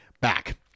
back